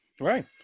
Right